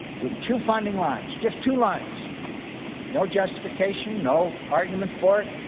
with two funding lines just two lines no justification, no argument for it.